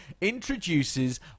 introduces